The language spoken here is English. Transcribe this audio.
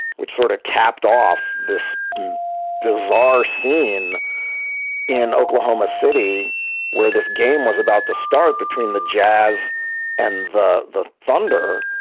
which sort of capped off this bizarre scene in oklahoma city where this game was about to start between the jazz and the the thunder.